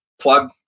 plug